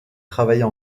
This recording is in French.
travailler